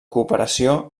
cooperació